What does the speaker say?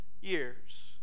years